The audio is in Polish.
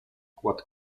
kładł